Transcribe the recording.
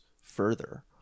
further